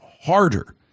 harder